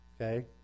okay